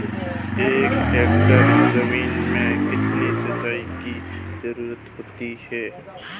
एक एकड़ ज़मीन में कितनी सिंचाई की ज़रुरत होती है?